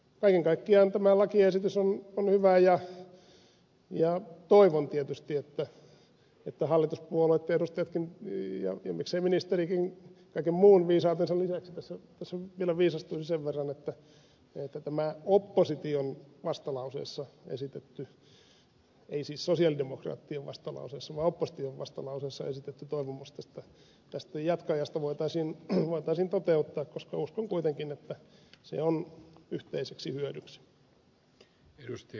kaiken kaikkiaan tämä lakiesitys on hyvä ja toivon tietysti että hallituspuolueitten edustajatkin ja miksei ministerikin kaiken muun viisautensa lisäksi tässä vielä viisastuisi sen verran että tämä opposition vastalauseessa esitetty ei siis sosialidemokraattien vastalauseessa vaan opposition vastalauseessa esitetty toivomus tästä jatkoajasta voitaisiin toteuttaa koska uskon kuitenkin että se on yhteiseksi hyödyksi